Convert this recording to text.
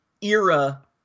era